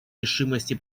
решимости